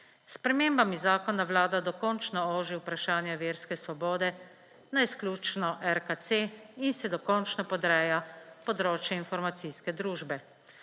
spremembami zakona Vlada dokončno oži vprašanje verske svobode na izključno RKC in se dokončno podreja področju informacijske družbe.